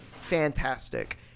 fantastic